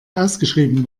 ausgeschrieben